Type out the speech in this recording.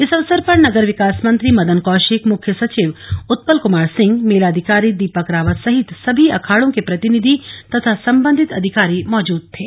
इस अवसर पर नगर विकास मंत्री मदन कौशिक मुख्य सचिव उत्पल कुमार सिंह मेलाधिकारी दीपक रावत सहित सभी अखाडो के प्रतिनिधि तथा सम्बन्धित अधिकारी मौजूद थे